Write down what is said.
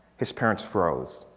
his parents froze.